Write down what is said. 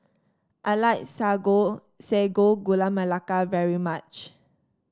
I like Sago Gula Melaka very much